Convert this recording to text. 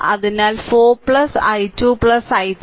അതിനാൽ 4 i2 i3 i4